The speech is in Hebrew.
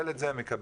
ילד זה מקבל.